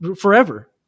forever